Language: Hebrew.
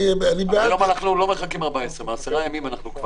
היום אנחנו לא מחכים 14 ימים אלא אחרי עשרה ימים יודעים.